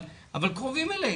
אבל קרובים אלינו.